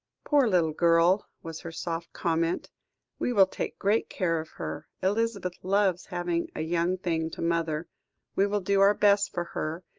poor little girl, was her soft comment we will take great care of her. elizabeth loves having a young thing to mother we will do our best for her,